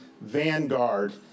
vanguard